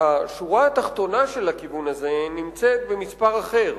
השורה התחתונה של הכיוון הזה נמצאת במספר אחר,